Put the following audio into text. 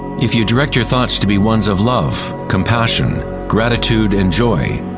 if you direct your thoughts to be ones of love, compassion, gratitude and joy,